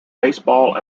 baseball